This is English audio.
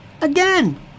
Again